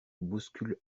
bouscule